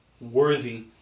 worthy